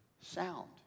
sound